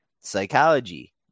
Psychology